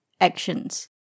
actions